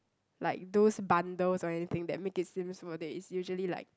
like those bundles or anything that make it seems worth it it's usually like